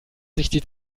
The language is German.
sich